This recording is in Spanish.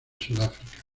sudáfrica